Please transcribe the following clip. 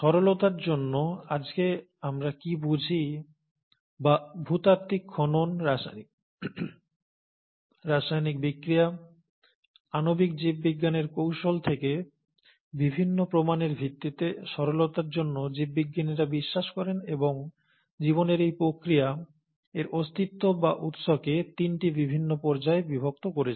সরলতার জন্য আজকে আমরা কি বুঝি বা ভূতাত্ত্বিক খনন রাসায়নিক বিক্রিয়া আণবিক জীববিজ্ঞানের কৌশল থেকে বিভিন্ন প্রমাণের ভিত্তিতে সরলতার জন্য জীববিজ্ঞানীরা বিশ্বাস করেন এবং জীবনের এই প্রক্রিয়া এর অস্তিত্ব বা উৎসকে তিনটি বিভিন্ন পর্যায়ে বিভক্ত করেছেন